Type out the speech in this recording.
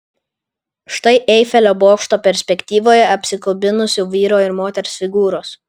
štai eifelio bokšto perspektyvoje apsikabinusių vyro ir moters figūros